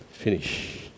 Finish